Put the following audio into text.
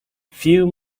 few